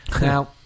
now